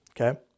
Okay